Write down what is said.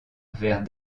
vers